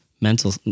mental